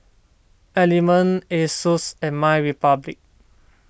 Element Asus and MyRepublic